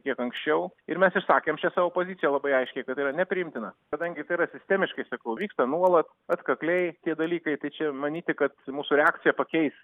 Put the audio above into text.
kiek anksčiau ir mes išsakėm šią savo poziciją labai aiškiai kad tai yra nepriimtina kadangi tai yra sistemiškai sakau vyksta nuolat atkakliai tie dalykai tai čia manyti kad mūsų reakcija pakeis